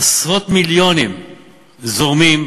עשרות מיליונים זורמים,